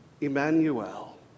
Emmanuel